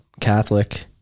Catholic